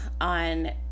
on